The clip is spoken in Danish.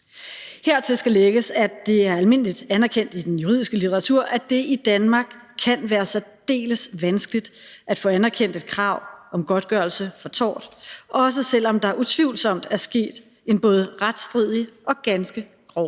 Hertil skal lægges, at det er almindeligt anerkendt i den juridiske litteratur, at det i Danmark kan være særdeles vanskeligt at få anerkendt et krav om godtgørelse for tort, også selv om der utvivlsomt er sket en både retsstridig og ganske grov